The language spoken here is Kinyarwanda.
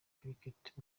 cricket